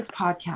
podcast